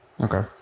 Okay